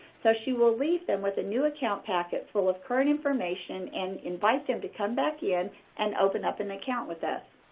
so she will leave them with a new account packet full of current information and invite them to come back in and open up an account with us.